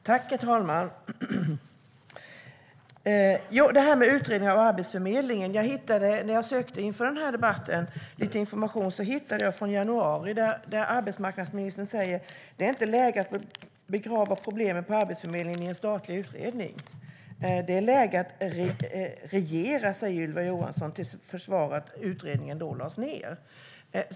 Herr talman! Det gäller det här med utredning av Arbetsförmedlingen. När jag inför den här debatten sökte efter lite information hittade jag ett uttalande från januari. Arbetsmarknadsministern sa: Det är inte läge att begrava problemen med Arbetsförmedlingen i en statlig utredning. Det är läge att regera. Det sa Ylva Johansson som försvar till att utredningen då lades ned.